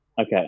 Okay